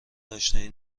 اشنایی